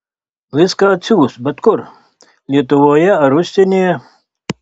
viską atsiųs bet kur lietuvoje ar užsienyje